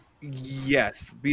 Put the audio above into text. yes